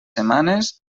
setmanes